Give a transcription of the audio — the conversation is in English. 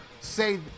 say